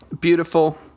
beautiful